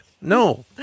No